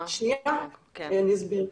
אני אסביר.